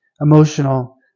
emotional